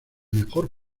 mejor